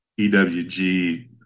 EWG